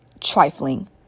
trifling